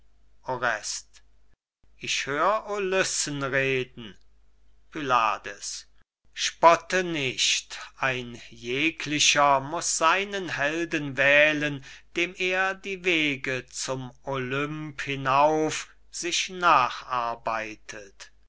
ich hör ulyssen reden pylades spotte nicht ein jeglicher muß seinen helden wählen dem er die wege zum olymp hinauf sich nacharbeitet